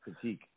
critique